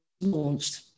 launched